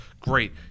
Great